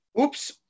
Oops